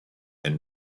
and